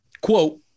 quote